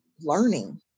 learning